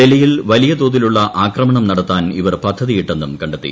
ഡൽഹിയിൽ വലിയ തോതിലുള്ള ആക്രമണം നടത്താൻ ഇവർ പദ്ധതിയിട്ടെന്നും കണ്ടെത്തി